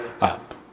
up